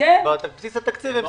בבסיס התקציב,